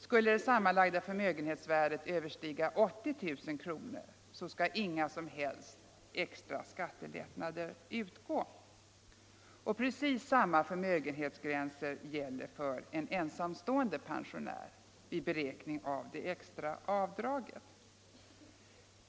Om det sammanlagda förmögenhetsvärdet överstiger 80 000 kr. skall inga som helst extra skattelättnader utgå. Precis samma förmögenhetsgränser gäller för ensamstående pensionär vid beräkning av det extra avdraget.